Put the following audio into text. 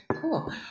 cool